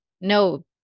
no